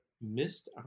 Missed